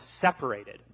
separated